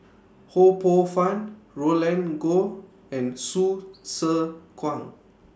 Ho Poh Fun Roland Goh and Hsu Tse Kwang